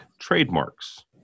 trademarks